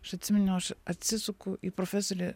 aš atsimeniau aš atsisuku į profesorį